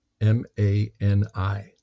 M-A-N-I